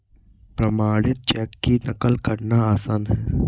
प्रमाणित चेक की नक़ल करना आसान है